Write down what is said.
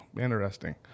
interesting